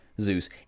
Zeus